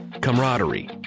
camaraderie